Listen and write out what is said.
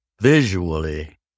visually